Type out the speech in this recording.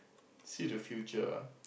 see the future ah